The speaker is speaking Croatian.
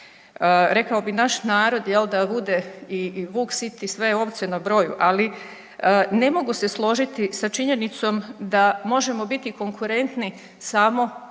rekao bi naš narod jel da bude i vuk sit i sve ovce na broju. Ali ne mogu se složiti sa činjenicom da možemo biti konkurentni samo